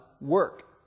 work